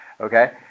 Okay